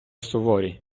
суворі